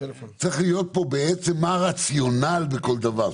צריך להיות פה בעצם מה הרציונל בכל דבר.